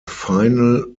final